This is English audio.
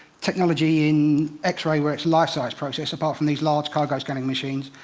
technology in x-ray where it's life-size processed, apart from these large cargo-scanning machines,